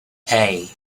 hey